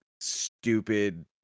stupid